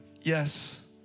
Yes